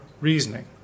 reasoning